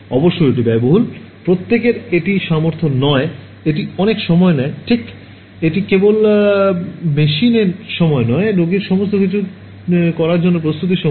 অবশ্যই এটি ব্যয়বহুল প্রত্যেকের এটি সামর্থ্য নয় এবং এটি অনেক সময় নেয় ঠিক এটি কেবল মেশিনে সময় নয় রোগীর সমস্ত কিছু করার জন্য প্রস্তুতির সময়